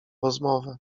rozmowę